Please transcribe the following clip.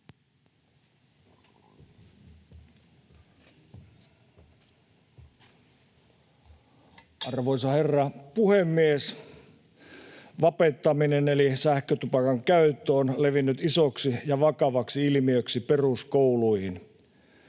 Arvoisa herra puhemies! Vapettaminen eli sähkötupakan käyttö on levinnyt isoksi ja vakavaksi ilmiöksi peruskouluihin.